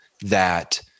that-